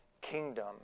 kingdom